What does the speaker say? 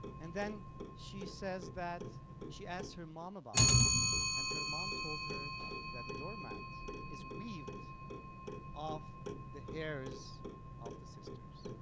and then she says that she asked her mom about it and her mom told her that a doormat is weaved of the hairs of the sisters,